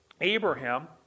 Abraham